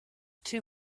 too